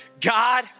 God